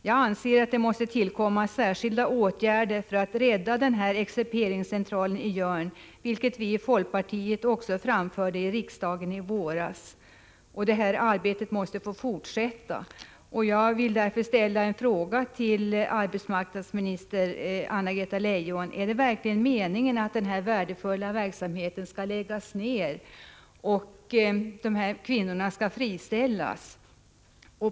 Jag anser att det måste tillkomma särskilda åtgärder för att rädda excerperingscentralen i Jörn, vilket vi från folkpartiet också framförde i riksdagen i våras. Detta arbete måste få fortsätta. Jag vill därför fråga arbetsmarknadsminister Anna-Greta Leijon: Är det verkligen meningen att denna värdefulla verksamhet skall läggas ner och att dessa kvinnor skall friställas?